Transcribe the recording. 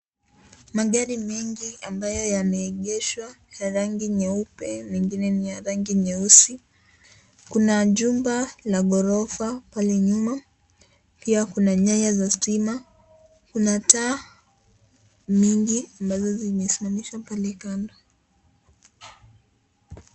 Magari mengi ambayo yamegeshwa ya rangi nyeupe mengine ya rangi nyeusi. Kuna jumba la gorofa pale nyuma. Pia kuna nyaya za stima. Kuna taa mingi ambazo zimesimamishwa pale kando.